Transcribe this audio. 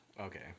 Okay